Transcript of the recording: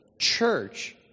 church